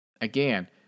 Again